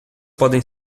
podem